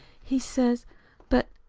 he says but,